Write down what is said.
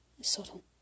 subtle